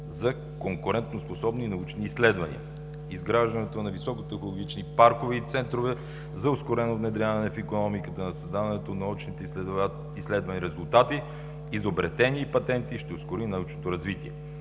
за конкурентоспособни научни изследвания и изграждане на високотехнологични паркове и центрове. Ускореното внедряване в икономиката на научноизследователските резултати и изобретени патенти ще ускори научното развитие.